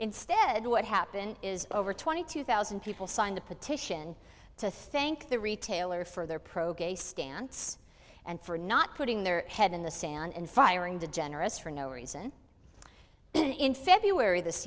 instead what happened is over twenty two thousand people signed a petition to thank the retailer for their progress a stance and for not putting their head in the sand and firing the generous for no reason then in february this